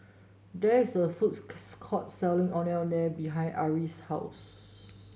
there is a foods court selling Ondeh Ondeh behind Ari's house